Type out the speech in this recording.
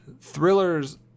Thrillers